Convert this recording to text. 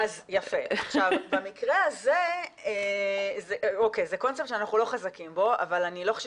זה קונספט שאנחנו לא חזקים בו אבל אני לא חושבת